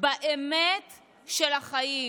באמת של החיים,